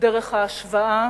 דרך ההשוואה